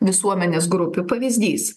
visuomenės grupių pavyzdys